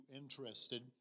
interested